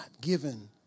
given